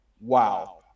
wow